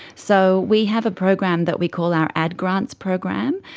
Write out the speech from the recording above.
so we have a program that we call our ad grants program,